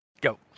go